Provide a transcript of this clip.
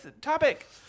topic